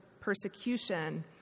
persecution